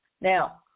Now